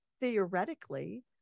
theoretically